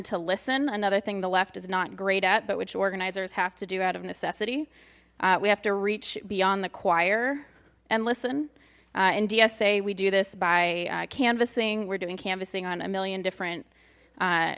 to listen another thing the left is not great at but which organizers have to do out of necessity we have to reach beyond the choir and listen and dsa we do this by canvassing we're doing canvassing on a million different